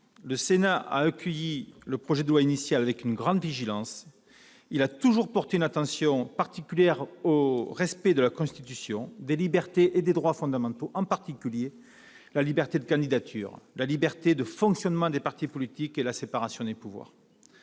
Le Sénat a accueilli le projet de loi initial avec une grande vigilance. Il a toujours porté une attention particulière au respect de la Constitution, des libertés et des droits fondamentaux, en particulier la liberté de candidature, la liberté de fonctionnement des partis politiques et la séparation des pouvoirs.